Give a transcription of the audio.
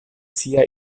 sia